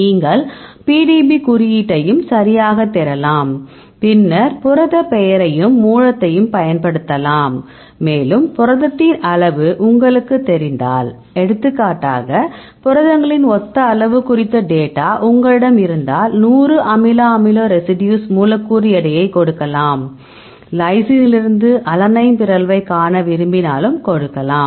நீங்கள் PDB குறியீட்டையும் சரியாகத் தேடலாம் பின்னர் புரதப் பெயரையும் மூலத்தையும் பயன்படுத்தலாம் மேலும் புரதத்தின் அளவு உங்களுக்குத் தெரிந்தால் எடுத்துக்காட்டாக புரதங்களின் ஒத்த அளவு குறித்த டேட்டா உங்களிடம் இருந்தால் 100 அமினோ அமில ரெசிடியூஸ் மூலக்கூறு எடையைக் கொடுக்கலாம் லைசினிலிருந்து அலனைன் பிறழ்வைக் காண விரும்பினாலும் கொடுக்கலாம்